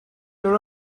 your